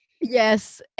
yes